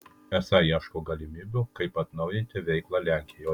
esą ieško galimybių kaip atnaujinti veiklą lenkijoje